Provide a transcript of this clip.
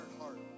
heart